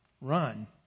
run